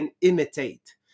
imitate